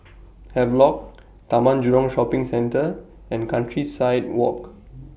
Havelock Taman Jurong Shopping Centre and Countryside Walk